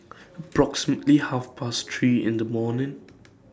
approximately Half Past three in The morning